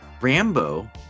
Rambo